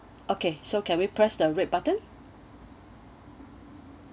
okay so can we press the red button